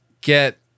get